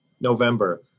November